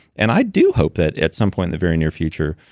and i do hope that at some point in the very near future,